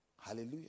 Hallelujah